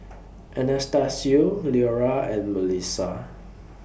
Anastacio Leora and Mellisa